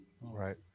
Right